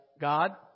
God